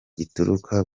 gituruka